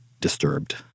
disturbed